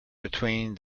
between